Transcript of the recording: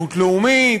השתייכות לאומית,